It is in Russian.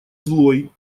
злой